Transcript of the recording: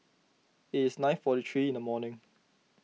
it is nine forty three in the morning